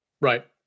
Right